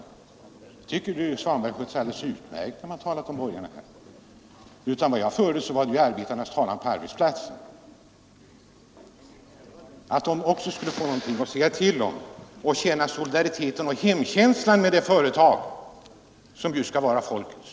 Jag tycker att herr Svanberg har skött sig alldeles utmärkt när han talat om de borgerliga partiernas uppfattning. Jag förde arbetarnas talan, nämligen att också dessa skulle få någonting att säga till om för att kunna känna solidaritet med och hemkänsla för de företag som ju skall vara folkets.